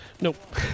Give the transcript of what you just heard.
Nope